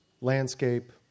landscape